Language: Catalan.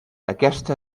aquesta